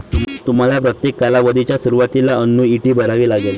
तुम्हाला प्रत्येक कालावधीच्या सुरुवातीला अन्नुईटी भरावी लागेल